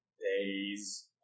days